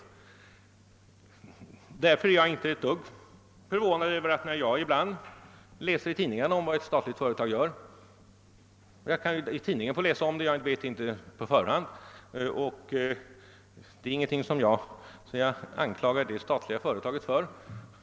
Mot denna bakgrund blir jag inte alls förvånad, herr Burenstam Linder, när jag ibland får läsa i tidningarna om vad ett statligt företag gör utan att jag på förhand är underrättad. Detta är ingenting som jag anklagar de statliga företagen för.